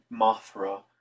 mothra